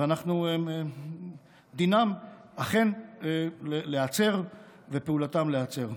ודינם אכן להיעצר, ופעולתם, להיעצר.